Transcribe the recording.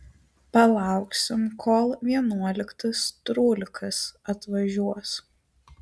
palauksim kol vienuoliktas trūlikas atvažiuos